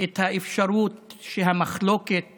את האפשרות שהמחלוקת